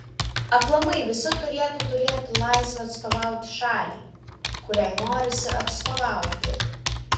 aplamai visi turėtų turėti laisvę atstovauti šaliai kuriai norisi atstovauti